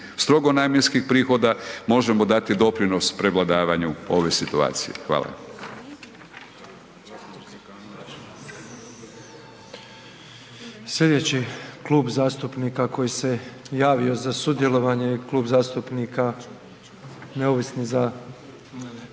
strogo namjenskih prihoda, možemo dati doprinos prevladavanju ove situacije. Hvala.